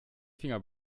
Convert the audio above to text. finger